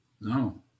No